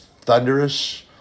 thunderous